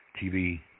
TV